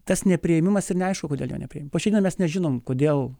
tas nepriėmimas ir neaišku kodėl jo nepriėmė po šiandien mes nežinome kodėl